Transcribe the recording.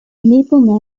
maple